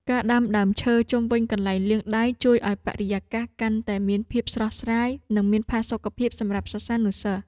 ការដាំដើមឈើជុំវិញកន្លែងលាងដៃជួយឱ្យបរិយាកាសកាន់តែមានភាពស្រស់ស្រាយ និងមានផាសុកភាពសម្រាប់សិស្សានុសិស្ស។